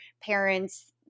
parents